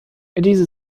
diese